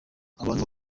abantu